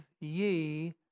ye